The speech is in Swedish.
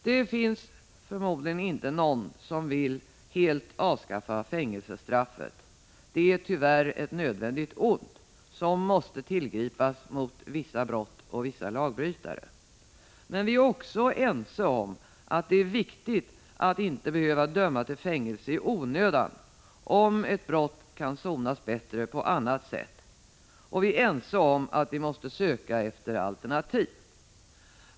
Det finns förmodligen inte någon som vill helt avskaffa fängelsestraffet. Tyvärr är det ett nödvändigt ont, som måste tillgripas mot vissa brott och vissa lagbrytare. Men vi är också ense om att det är viktigt att inte behöva döma till fängelse i onödan, om ett brott kan sonas bättre på annat sätt, och vi är ense om att vi måste söka efter alternativ.